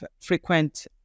frequent